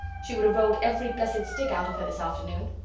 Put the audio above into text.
she would have rolled every blessed stick out of her this afternoon.